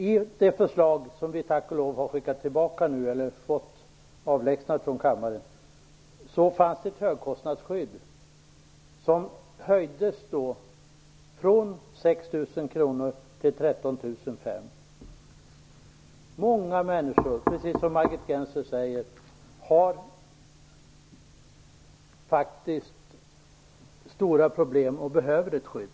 I den proposition som nu tack och lov har dragits tillbaka fanns ett förslag om att högkostnadsskyddet skulle höjas från 6 000 kr till 13 500 kr. Många människor har faktiskt, precis som Margit Gennser sade, stora problem och behöver ett skydd.